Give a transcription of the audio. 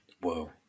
Whoa